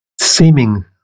seeming